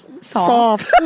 Soft